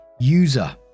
user